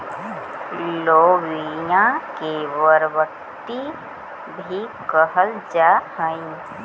लोबिया के बरबट्टी भी कहल जा हई